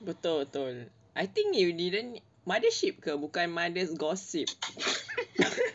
betul betul I think you didn't mothership ke bukan mother's gossip